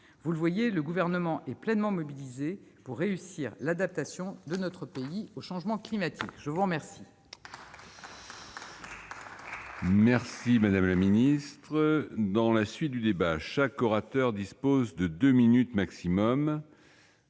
Vous le voyez, le Gouvernement est pleinement mobilisé pour réussir l'adaptation de notre pays au changement climatique. Nous allons